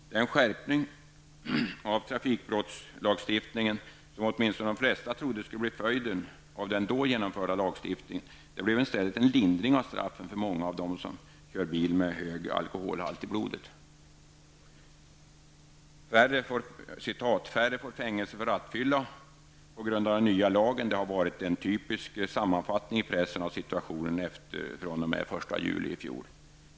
Den skärpning av trafikbrottslagstiftningen som åtminstone de flesta trodde skulle bli följden av den då genomförda lagstiftningen blev i stället en lindring av straffen för många av dem som kör bil med hög alkoholhalt i blodet. ''Färre får fängelse för rattfylla'' på grund av den nya lagen -- det har varit en typisk sammanfattning i pressen av situationen efter den 1 juli i fjol.